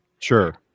Sure